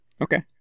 Okay